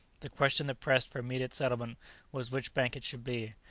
the question that pressed for immediate settlement was which bank it should be.